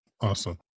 Awesome